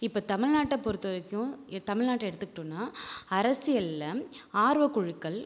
இப்போ தமிழ்நாட்டை பொறுத்தவரைக்கும் எ தமிழ்நாட்டை எடுத்துக்கிட்டோன்னா அரசியலில் ஆர்வக்குழுக்கள்